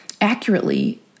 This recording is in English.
accurately